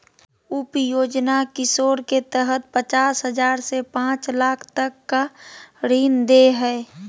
उप योजना किशोर के तहत पचास हजार से पांच लाख तक का ऋण दे हइ